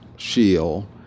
shield